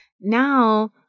now